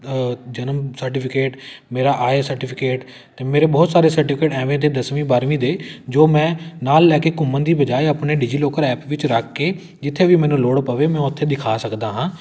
ਜਨਮ ਸਰਟੀਫਿਕੇਟ ਮੇਰਾ ਆਏ ਸਰਟੀਫਿਕੇਟ ਅਤੇ ਮੇਰੇ ਬਹੁਤ ਸਾਰੇ ਸਰਟੀਫਿਕੇਟ ਐਵੇਂ ਦੇ ਦਸਵੀਂ ਬਾਰ੍ਹਵੀਂ ਦੇ ਜੋ ਮੈਂ ਨਾਲ ਲੈ ਕੇ ਘੁੰਮਣ ਦੀ ਬਜਾਏ ਆਪਣੇ ਡੀਜੀ ਲੌਕਰ ਐਪ ਵਿੱਚ ਰੱਖ ਕੇ ਜਿੱਥੇ ਵੀ ਮੈਨੂੰ ਲੋੜ ਪਵੇ ਮੈਂ ਉੱਥੇ ਦਿਖਾ ਸਕਦਾ ਹਾਂ